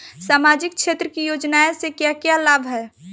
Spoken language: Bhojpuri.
सामाजिक क्षेत्र की योजनाएं से क्या क्या लाभ है?